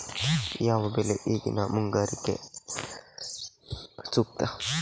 ಯಾವ ಬೆಳೆ ಈಗಿನ ಮುಂಗಾರಿಗೆ ಸೂಕ್ತ?